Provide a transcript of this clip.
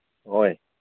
ꯍꯣꯏ